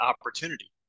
opportunity